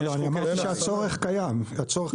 לא, לא, אני אמרתי שהצורך קיים, הצורך קיים.